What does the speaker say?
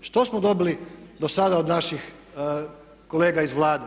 Što smo dobili do sada od naših kolega iz Vlade?